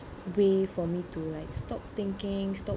way for me to like stop thinking stop